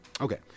Okay